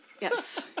Yes